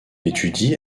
étudie